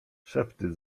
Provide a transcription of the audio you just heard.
szepty